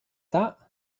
that